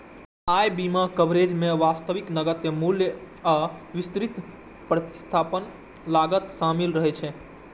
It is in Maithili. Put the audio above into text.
अय बीमा कवरेज मे वास्तविक नकद मूल्य आ विस्तृत प्रतिस्थापन लागत शामिल रहै छै